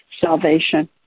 salvation